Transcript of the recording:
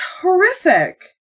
horrific